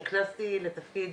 נכנסתי לתפקיד